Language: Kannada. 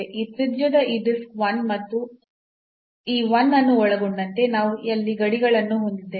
ಈ ತ್ರಿಜ್ಯದ ಈ ಡಿಸ್ಕ್ 1 ಮತ್ತು ಈ 1 ಅನ್ನು ಒಳಗೊಂಡಂತೆ ನಾವು ಅಲ್ಲಿ ಗಡಿಗಳನ್ನು ಹೊಂದಿದ್ದೇವೆ